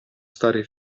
stare